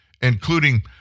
including